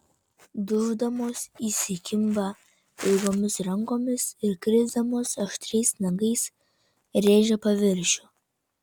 duždamos įsikimba ilgomis rankomis ir krisdamos aštriais nagais rėžia paviršių